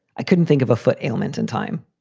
i couldn't think of a foot ailment and time,